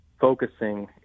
focusing